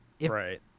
Right